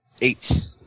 Eight